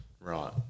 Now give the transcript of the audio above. Right